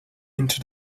into